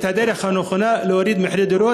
הדרך הנכונה להוריד את מחירי הדירות,